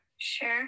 Sure